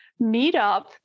meetup